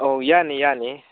ꯑꯧ ꯌꯥꯅꯤ ꯌꯥꯅꯤ